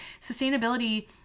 sustainability